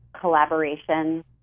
collaboration